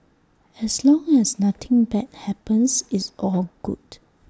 as long as nothing bad happens it's all good